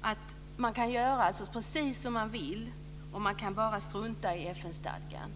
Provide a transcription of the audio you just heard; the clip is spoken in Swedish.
att man kan göra precis som man vill och att man bara kan strunta i FN-stadgan.